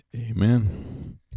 Amen